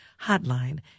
Hotline